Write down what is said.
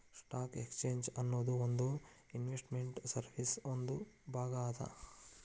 stock exchange ಅನ್ನೊದು ಒಂದ್ investment ಸರ್ವೇಸಿನ್ ಒಂದ್ ಭಾಗ ಅದ